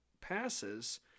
passes